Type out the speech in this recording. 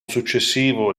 successivo